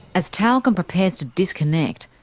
as tyalgum prepares to disconnect,